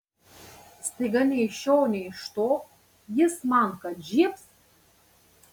staiga nei iš šio nei iš to jis man kad žiebs